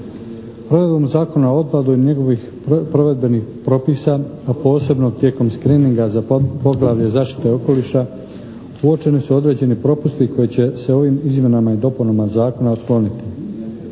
Provedbom Zakona o otpadu i njegovih provedbenih propisa, a posebno tijekom screeninga za poglavlje zaštite okoliša uočeni su određeni propusti koji će se ovim izmjenama i dopunama Zakona otkloniti.